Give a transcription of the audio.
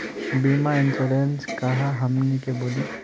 बीमा इंश्योरेंस का है हमनी के बोली?